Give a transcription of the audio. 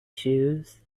shoes